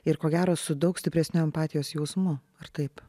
ir ko gero su daug stipresniu empatijos jausmu ar taip